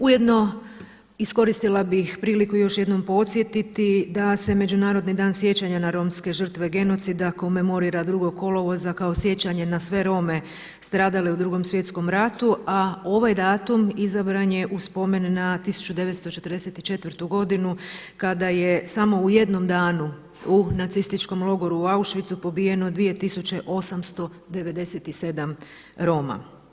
Ujedno iskoristila bih priliku još jednom podsjetiti da se Međunarodni dan sjećanja na romske žrtve genocida komemorira 2. kolovoza kao sjećanje na sve Rome stradale u Drugom svjetskom ratu, a ovaj datum izabran je u spomen na 1944. godinu kada je samo u jednom danu u nacističkom logoru u Auschwitzu pobijeno 2897 Roma.